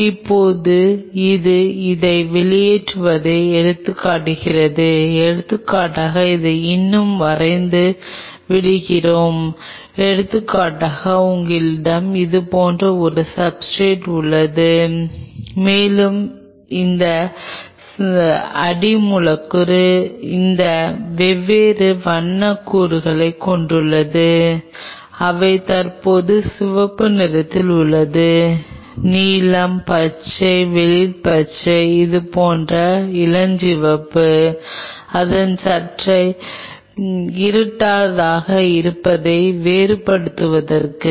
இப்போது இது இதை வெளியேற்றுவதை எடுத்துக்காட்டுகிறது எடுத்துக்காட்டாக இதை இன்னும் வரைந்து விடுகிறேன் எடுத்துக்காட்டாக உங்களிடம் இது போன்ற ஒரு சப்ஸ்ர்டேட் உள்ளது மேலும் இந்த அடி மூலக்கூறு இந்த வெவ்வேறு வண்ண கூறுகளைக் கொண்டுள்ளது அவை தற்போது சிவப்பு நிறத்தில் உள்ளன நீலம் பச்சை வெளிர் பச்சை இது போன்ற இளஞ்சிவப்பு அதன் சற்றே இருண்டதாக இருப்பதை வேறுபடுத்துவதற்காக